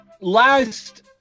Last